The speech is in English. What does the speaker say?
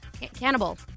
Cannibal